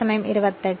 number 3